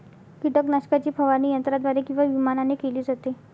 कीटकनाशकाची फवारणी यंत्राद्वारे किंवा विमानाने केली जाते